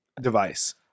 device